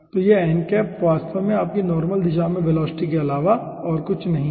तो यह वास्तव में आपके नॉर्मल दिशा में वेलोसिटी के अलावा और कुछ नहीं है